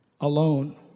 Alone